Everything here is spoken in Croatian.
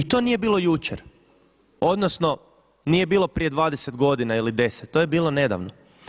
I to nije bilo jučer, odnosno nije bilo prije 20 godina ili 10, to je bilo nedavno.